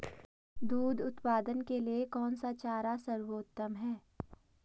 दूध उत्पादन के लिए कौन सा चारा सर्वोत्तम है?